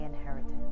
inheritance